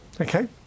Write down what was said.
okay